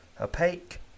opaque